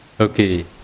Okay